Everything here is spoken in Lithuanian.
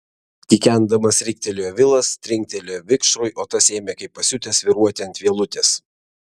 kikendamas riktelėjo vilas trinktelėjo vikšrui o tas ėmė kaip pasiutęs svyruoti ant vielutės